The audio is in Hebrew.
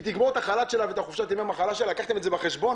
היא תגמור את החל"ת שלה ואת חופשת ימי המחלה שלה לקחתם את זה בחשבון?